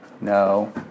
No